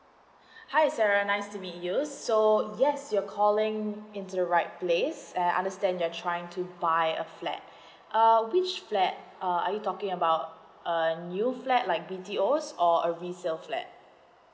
hi sarah nice to meet you so yes you're calling into the right place I understand that you're trying to buy a flat uh which flat uh are you talking about um new flat like B_T_O or a resale flat